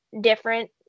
different